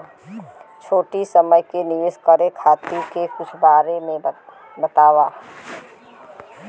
छोटी समय के निवेश खातिर कुछ करे के बारे मे बताव?